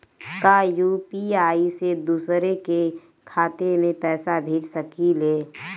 का यू.पी.आई से दूसरे के खाते में पैसा भेज सकी ले?